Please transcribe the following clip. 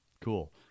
Cool